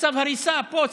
צו הריסה פה,